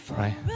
right